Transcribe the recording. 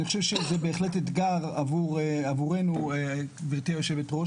אני חושב שזה בהחלט אתגר עבורנו גבירתי היו"ר,